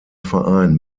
verein